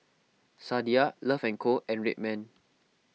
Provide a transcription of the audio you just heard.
Sadia Love and Co and Red Man